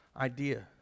idea